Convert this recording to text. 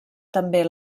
també